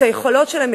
את היכולות שלהם,